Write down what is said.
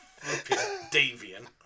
deviant